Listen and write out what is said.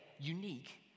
unique